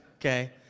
okay